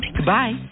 Goodbye